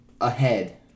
Ahead